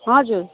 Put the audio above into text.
हजुर